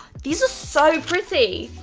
these are so pretty!